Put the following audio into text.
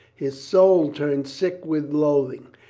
his soul turned sick with loathing.